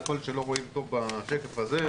יכול להיות שלא רואים טוב בשקף הזה,